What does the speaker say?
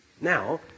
Now